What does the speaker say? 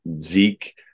Zeke